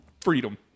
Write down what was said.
Freedom